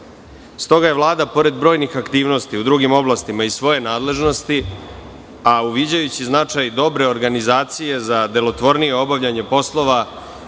Stoga je Vlada pored brojnih aktivnosti u drugim oblastima iz svoje nadležnosti, a uviđajući značaj dobre organizacije za delotvornije obavljanje poslova